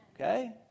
okay